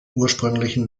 ursprünglichen